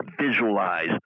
visualize